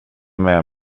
med